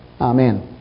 Amen